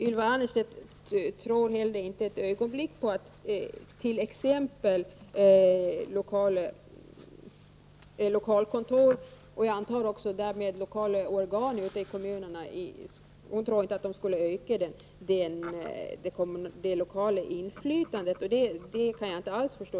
Ylva Annerstedt tror inte heller ett ögonblick på att t.ex. lokalkontor, och jag antar att hon även menar lokala organ ute i kommunerna, skulle öka det lokala inflytandet. Det kan jag inte alls förstå.